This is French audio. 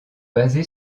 basé